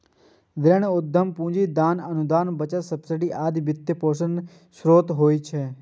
ऋण, उद्यम पूंजी, दान, अनुदान, बचत, सब्सिडी आदि वित्तपोषणक स्रोत होइ छै